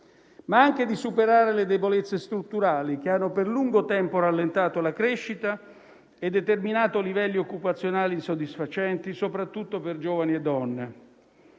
ma anche di superare le debolezze strutturali che hanno, per lungo tempo, rallentato la crescita e determinato livelli occupazionali insoddisfacenti, soprattutto per giovani e donne.